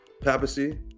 papacy